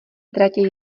tratě